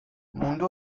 mundu